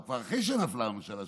או כבר אחרי שנפלה הממשלה,